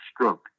stroke